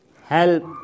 help